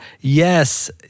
yes